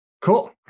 Cool